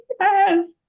Yes